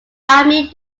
army